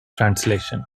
translation